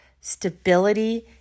stability